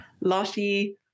Lottie